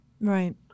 Right